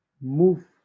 move